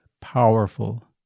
powerful